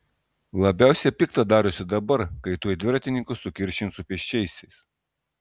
labiausiai pikta darosi dabar kai tuoj dviratininkus sukiršins su pėsčiaisiais